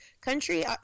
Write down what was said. Country